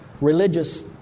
religious